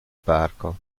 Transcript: parco